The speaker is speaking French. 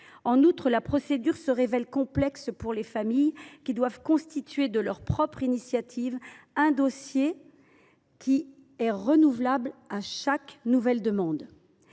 ailleurs, la procédure se révèle complexe pour les familles qui doivent constituer de leur propre initiative un dossier pour chaque nouvelle demande.